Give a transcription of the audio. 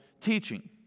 teaching